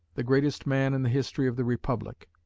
the greatest man in the history of the republic.